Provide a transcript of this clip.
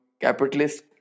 capitalist